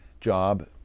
job